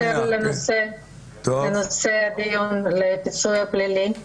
הוא לגמרי מתקשר לנושא הדיון ולפיצוי הפלילי,